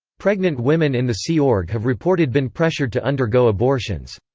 pregnant women in the sea org have reported been pressured to undergo abortions.